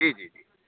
जी जी जी